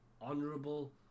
honorable